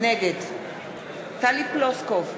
נגד טלי פלוסקוב,